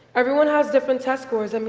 everyone has different test scores. i mean